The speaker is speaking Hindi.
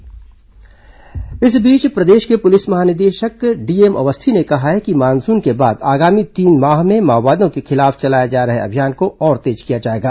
को ऑर्डिनेशन बैठक इस बीच प्रदेश के पुलिस महानिदेशक डीएम अवस्थी ने कहा है कि मानसून के बाद आगामी तीन माह में माओवादियों के खिलाफ चलाए जा रहे अभियान को तेज किया जाएगा